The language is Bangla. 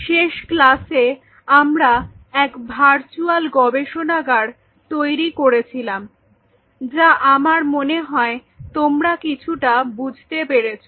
শেষ ক্লাসে আমরা এক ভার্চুয়াল গবেষণাগার তৈরি করেছিলাম যা আমার মনে হয় তোমরা কিছুটা বুঝতে পেরেছ